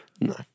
no